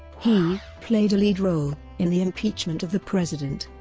ah played a lead role in the impeachment of the president.